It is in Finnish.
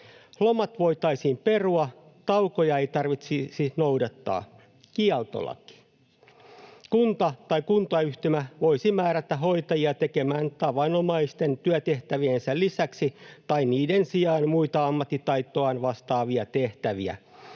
Lomat voitaisiin perua, taukoja ei tarvitsisi noudattaa — kieltolaki. Kunta tai kuntayhtymä voisi määrätä hoitajia tekemään tavanomaisten työtehtäviensä lisäksi tai niiden sijaan muita ammattitaitoaan vastaavia tehtäviä,